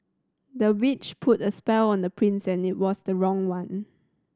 the witch put a spell on the prince and it was the wrong one